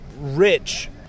Rich